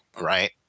right